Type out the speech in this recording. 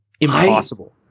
impossible